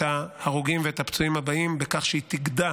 ההרוגים ואת הפצועים הבאים בכך שהיא תגדע